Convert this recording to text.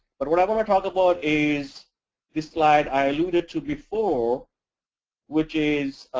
but what i want to talk about is this slide i alluded to before which is